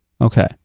Okay